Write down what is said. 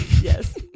Yes